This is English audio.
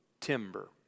timber